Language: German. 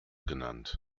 genannt